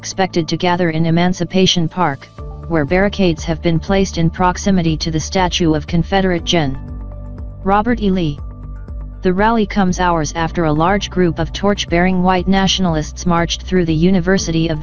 expected to gather in emancipation park where barricades have been placed in proximity to the statue of confederate general robert e lee the rally comes hours after a large group of torch bearing white nationalists marched through the university of